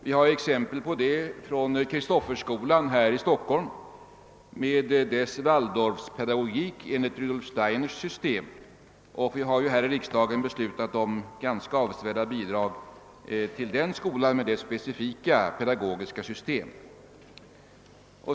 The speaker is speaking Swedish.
Vi har exempel på det från Kristofferskolan här i Stockholm med dess Walldorfpedagogik enligt Rudolf Steiners system, och riksdagen har ju beslutat om ganska avsevärda bidrag till den skolan med dess specifika pedagogiska system.